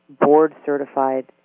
board-certified